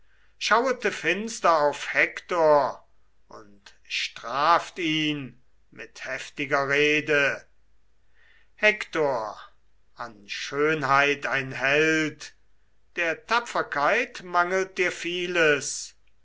schauete finster auf hektor und straft ihn mit heftiger rede hektor an schönheit ein held der tapferkeit mangelt dir vieles